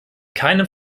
keinem